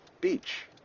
beach